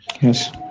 Yes